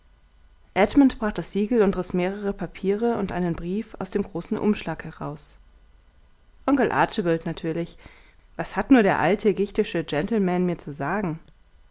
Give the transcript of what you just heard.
edmund brach das siegel und riß mehrere papiere und einen brief aus dem großen umschlag heraus onkel archibald natürlich was hat nur der alte gichtische gentleman mir zu sagen